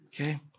okay